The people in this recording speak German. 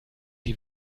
die